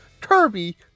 Kirby